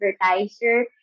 advertiser